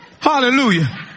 Hallelujah